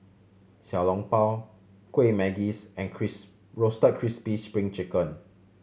Xiao Long Bao Kueh Manggis and Roasted Crispy Spring Chicken